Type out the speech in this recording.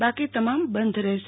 બાકી તમામ બંધ રહેશે